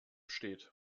steht